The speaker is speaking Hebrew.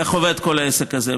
איך עובד כל העסק הזה?